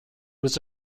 was